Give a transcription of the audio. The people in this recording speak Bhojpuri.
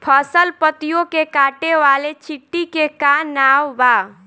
फसल पतियो के काटे वाले चिटि के का नाव बा?